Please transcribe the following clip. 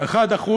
1%,